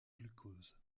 glucose